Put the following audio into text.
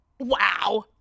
Wow